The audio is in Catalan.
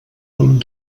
amb